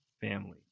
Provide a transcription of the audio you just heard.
family